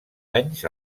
anys